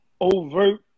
overt